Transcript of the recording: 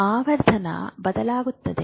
ಆವರ್ತನ ಬದಲಾಗುತ್ತದೆ